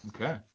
Okay